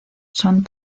son